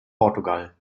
portugal